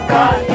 God